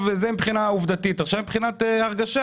מבחינת הרגשה